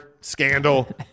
Scandal